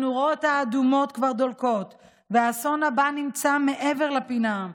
הנורות האדומות כבר דולקות והאסון הבא נמצא מעבר לפינה.